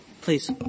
Please